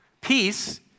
Peace